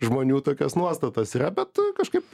žmonių tokios nuostatos yra bet kažkaip